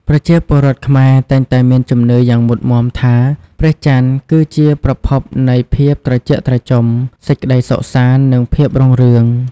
ប្រជាពលរដ្ឋខ្មែរតែងតែមានជំនឿយ៉ាងមុតមាំថា ព្រះច័ន្ទគឺជាប្រភពនៃភាពត្រជាក់ត្រជុំ សេចក្តីសុខសាន្ត និងភាពរុងរឿង។